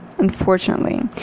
Unfortunately